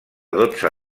dotze